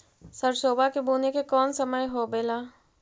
सरसोबा के बुने के कौन समय होबे ला?